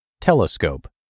Telescope